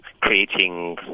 creating